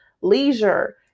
leisure